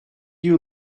you